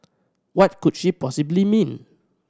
what could she possibly mean